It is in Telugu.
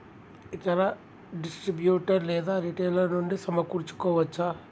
ఇతర డిస్ట్రిబ్యూటర్ లేదా రిటైలర్ నుండి సమకూర్చుకోవచ్చా?